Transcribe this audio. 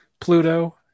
Pluto